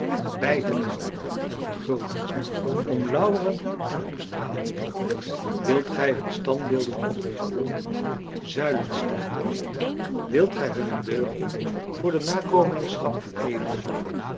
beitelen en vergulden omlauweren en omstralen wilt gij hun standbeelden oprichten zuilen stichten wilt gij hunne deugden voor de nakomelingschap vereeuwigen